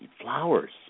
Flowers